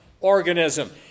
organism